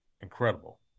incredible